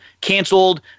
canceled